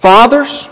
Fathers